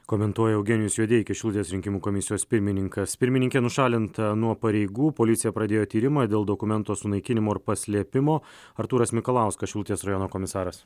komentuoja eugenijus judeikis šilutės rinkimų komisijos pirmininkas pirmininkė nušalinta nuo pareigų policija pradėjo tyrimą dėl dokumento sunaikinimo paslėpimo artūras mikalauskas šilutės rajono komisaras